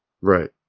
right